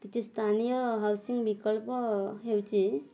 କିଛି ସ୍ଥାନୀୟ ହାଉସିଂ ବିକଳ୍ପ ହେଉଛି